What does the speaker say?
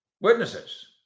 witnesses